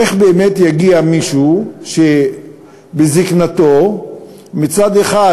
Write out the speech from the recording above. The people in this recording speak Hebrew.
איך באמת יגיע מישהו שבזיקנתו מצד אחד